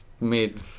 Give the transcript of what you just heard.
made